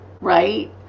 right